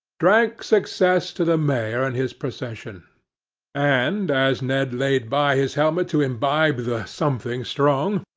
drank success to the mayor and his procession and, as ned laid by his helmet to imbibe the something strong,